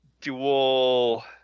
dual